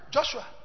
Joshua